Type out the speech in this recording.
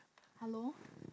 hello